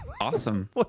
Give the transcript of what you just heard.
Awesome